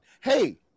Hey